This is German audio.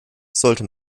sollte